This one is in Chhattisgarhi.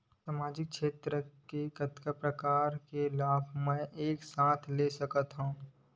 सामाजिक क्षेत्र के कतका प्रकार के लाभ मै एक साथ ले सकथव?